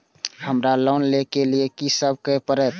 हमरा लोन ले के लिए की सब करे परते?